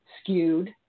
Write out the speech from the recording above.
skewed